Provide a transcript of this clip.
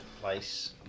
Place